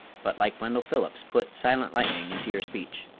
but like wendell phillips put silent lightning into your speech.